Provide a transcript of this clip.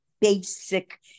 basic